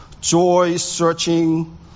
joy-searching